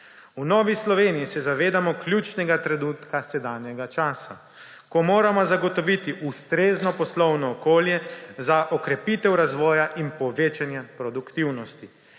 V Novi Sloveniji se zavedamo ključnega trenutka sedanjega časa, ko moramo zagotoviti ustrezno poslovno okolje za okrepitev razvoja in povečanja produktivnosti.